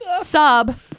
sub